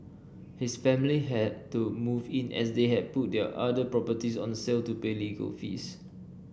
his family had to move in as they had put their other properties on sale to pay legal fees